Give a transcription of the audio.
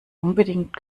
unbedingt